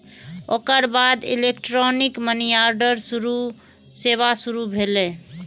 ओकर बाद electronic money order सेवा शुरू भेलै